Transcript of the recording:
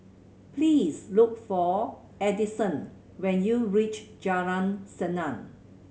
please look for Addison when you reach Jalan Senang